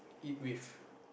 eat with